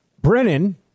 Brennan